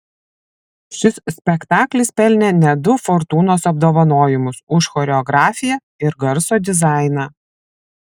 šis spektaklis pelnė net du fortūnos apdovanojimus už choreografiją ir garso dizainą